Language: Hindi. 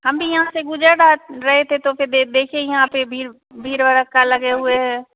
हम भी यहाँ गुज़र रहे थे तो फिर देखे यहाँ पे भीड़ भड़क्का लगे हुए है